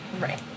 right